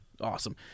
awesome